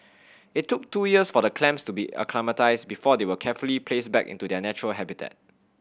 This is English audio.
it took two years for the clams to be acclimatised before they were carefully placed back into their natural habitat